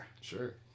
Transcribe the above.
sure